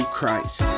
Christ